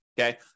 Okay